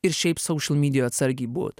ir šiaip social mydijoj atsargiai būt